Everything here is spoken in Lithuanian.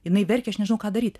jinai verkia aš nežinau ką daryt